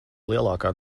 lielākā